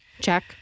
Check